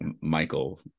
Michael